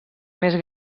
més